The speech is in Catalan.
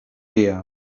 dia